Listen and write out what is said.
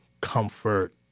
comfort